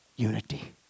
Unity